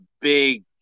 big